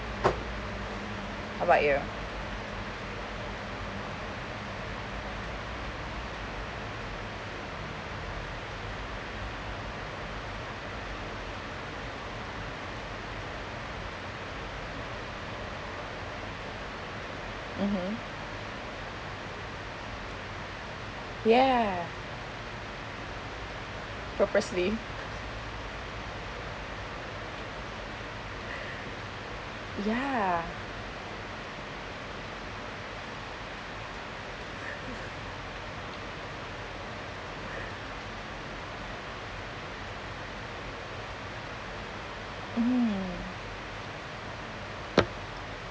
how about you mmhmm ya purposely ya hmm